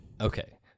Okay